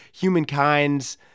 humankinds